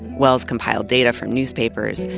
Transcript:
wells compiled data from newspapers.